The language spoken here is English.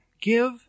give